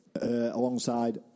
alongside